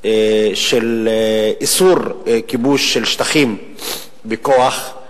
של איסור כיבוש של שטחים בכוח,